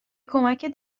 کمکت